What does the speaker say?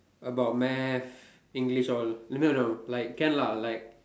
about Math English all no no like can lah like